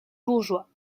bourgeois